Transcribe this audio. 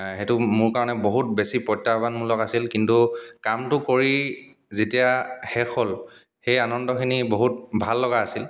সেইটো মোৰ কাৰণে বহুত বেছি প্ৰত্যাহ্বানমূলক আছিল কিন্তু কামটো কৰি যেতিয়া শেষ হ'ল সেই আনন্দখিনি বহুত ভাল লগা আছিল